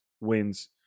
wins